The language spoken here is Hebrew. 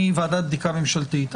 ועדת בדיקה ממשלתית.